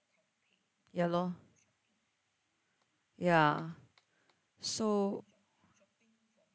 ya lor ya so